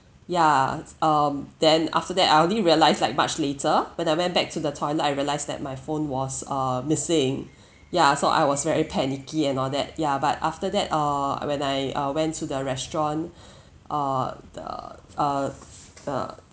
yeah um then after that I only realize like much later when I went back to the toilet I realized that my phone was err missing ya so I was very panicky and all that ya but after that err when I uh went to the restaurant uh the uh uh